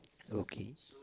okay